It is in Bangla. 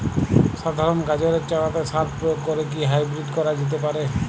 সাধারণ গাজরের চারাতে সার প্রয়োগ করে কি হাইব্রীড করা যেতে পারে?